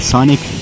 Sonic